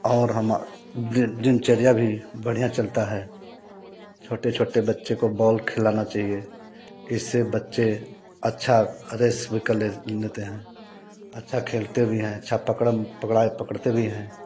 और दिनचर्या भी बढ़िया चलता है छोटे छोटे बच्चे को बॉल खिलाना चाहिए इससे बच्चे अच्छा रेस भी कर लेते हैं अच्छा खेलते भी हैं अच्छा पकड़म पकड़ाई पकड़ते भी हैं